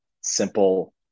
simple